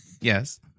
Yes